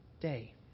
day